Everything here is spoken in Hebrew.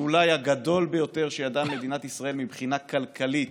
אולי הגדול ביותר שידעה מדינת ישראל מבחינה כלכלית,